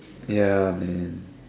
ya man